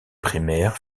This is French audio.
primaires